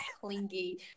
clingy